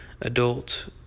adult